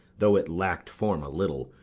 though it lack'd form a little,